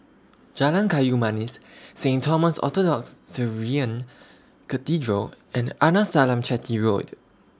Jalan Kayu Manis Saint Thomas Orthodox Syrian Cathedral and Arnasalam Chetty Road